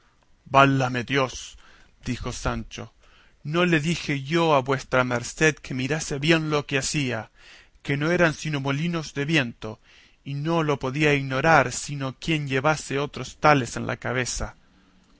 válame dios dijo sancho no le dije yo a vuestra merced que mirase bien lo que hacía que no eran sino molinos de viento y no lo podía ignorar sino quien llevase otros tales en la cabeza